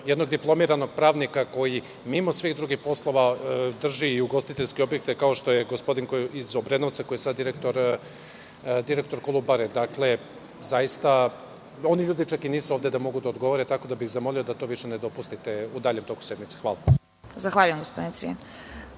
jednog diplomiranog pravnika koji mimo svih drugih poslova drži i ugostiteljske objekte, kao što je gospodin iz Obrenovca, koji je sada direktor "Kolubare". Oni čak i nisu ovde da mogu da odgovore, tako da bih zamolio da to više ne dopuštate u daljem toku sednice. Hvala. **Vesna Kovač**